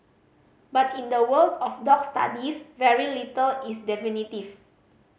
but in the world of dog studies very little is definitive